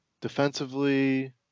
Defensively